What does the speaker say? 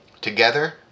together